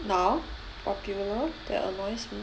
now popular that annoys me